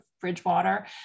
Bridgewater